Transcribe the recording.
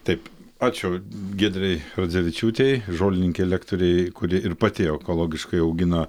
taip ačiū giedrei radzevičiūtei žolininkei lektorei kuri ir pati ekologiškai augina